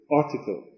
article